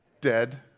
Dead